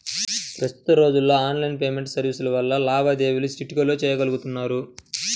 ప్రస్తుత రోజుల్లో online payment సర్వీసుల వల్ల లావాదేవీలు చిటికెలో చెయ్యగలుతున్నారు